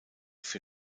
für